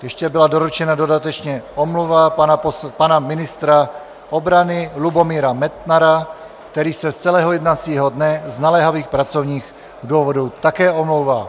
Ještě byla doručena dodatečně omluva pana ministra obrany Lubomíra Metnara, který se z celého jednacího dne z naléhavých pracovních důvodů také omlouvá.